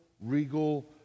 regal